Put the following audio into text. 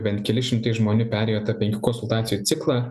bent keli šimtai žmonių perėjo tą penkių konsultacijų ciklą